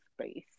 space